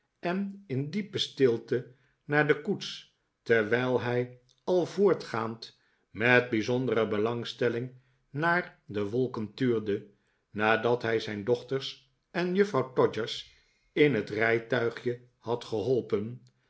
en in diepe stilte naar de koets terwijl hij al voortgaand met bijzondere belangstelling naar de wolken tuurde nadat hij zijn dochters en juffrouw todgers in het rijtuigje had geholpen